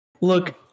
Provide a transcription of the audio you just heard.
look